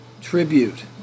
tribute